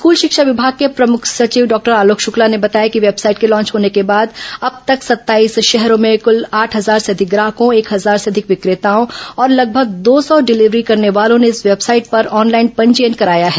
school शिक्षा विभाग के प्रमुख सचिव डॉक्टर आलोक शुक्ला ने बताया कि वेबसाइट के लॉन्च होने के बाद अब तक सत्ताईस शहरों में आठ हजार से अधिक ग्राहकों एक हजार से अधिक विक्रेताओं और लगभग दो सौ डिलीवरी करने वालों ने इस वेबसाइट पर ऑनलाइन पंजीयन कराया है